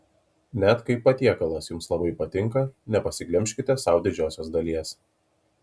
net kai patiekalas jums labai patinka nepasiglemžkite sau didžiosios dalies